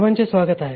सर्वांचे स्वागत आहे